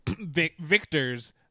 Victor's